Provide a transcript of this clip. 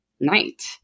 night